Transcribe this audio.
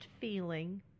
feeling